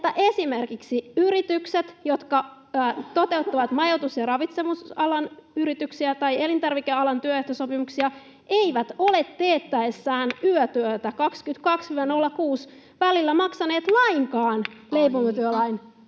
että esimerkiksi yritykset, jotka toteuttavat majoitus- ja ravitsemusalan tai elintarvikealan työehtosopimuksia, eivät ole teettäessään yötyötä 22—06 välillä maksaneet lainkaan leipomotyölain